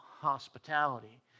hospitality